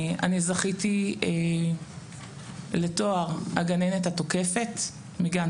אני זכיתי לתואר "הגננת התוקפת" מגן